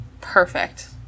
perfect